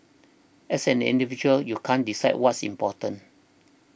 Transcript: as an individual you can't decide what's important